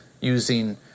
using